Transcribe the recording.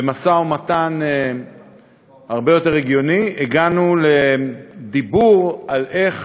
במשא-ומתן הרבה יותר הגיוני, הגענו לדיבור על איך